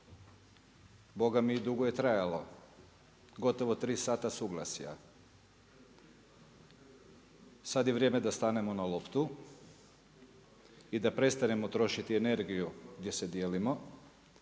bogami dugo je i trajalo. Gotovo 3 sata suglasja. Sad je vrijeme da stanemo na loptu i da prestanemo trošiti energiju gdje se dijelimo,